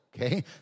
okay